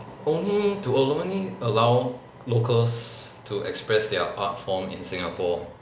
only to only allow locals to express their art form in singapore